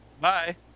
Bye